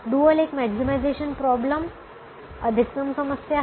dual एक maximisation problem अधिकतम समस्या है